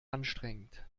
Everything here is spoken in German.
anstrengend